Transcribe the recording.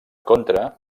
contra